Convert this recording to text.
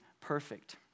perfect